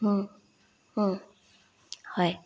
হয়